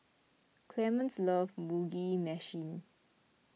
Clemens loves Mugi Meshi